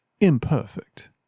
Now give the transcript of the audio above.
imperfect